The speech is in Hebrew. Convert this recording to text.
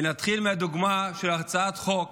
נתחיל מהדוגמה של הצעת חוק